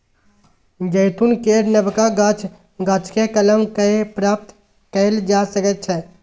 जैतून केर नबका गाछ, गाछकेँ कलम कए प्राप्त कएल जा सकैत छै